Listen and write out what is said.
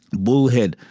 bull head,